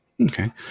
Okay